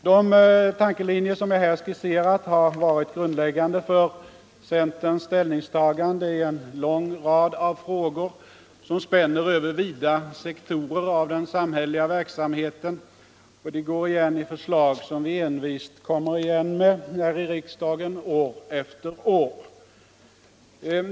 De tankelinjer som jag här skisserat har varit grundläggande för centerns ställningstagande i en lång rad av frågor som spänner över vida sektorer av den samhälleliga verksamheten, och de går igen i förslag som vi envist återkommer med här i riksdagen år efter år.